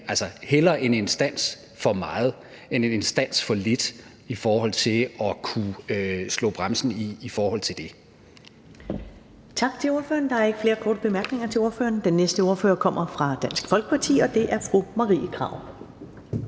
mig hellere være en instans for meget end en instans for lidt i forhold til at kunne slå bremsen i dér. Kl.